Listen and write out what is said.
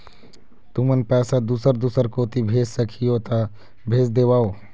तुमन पैसा दूसर दूसर कोती भेज सखीहो ता भेज देवव?